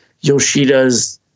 Yoshida's